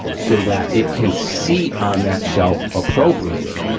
so that it can seat on that shelf appropriately.